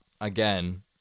again